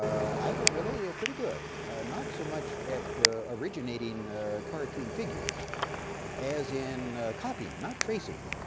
i was really pretty good not so much at originating cartoon figures as in copying, not tracing,